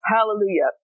Hallelujah